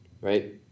right